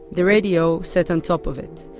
the radio sat on top of it.